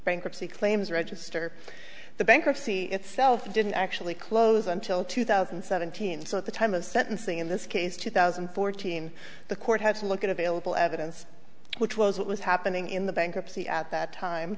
bankruptcy claims register the bankruptcy itself didn't actually close until two thousand and seventeen so at the time of sentencing in this case two thousand and fourteen the court had to look at available evidence which was what was happening in the bankruptcy at that time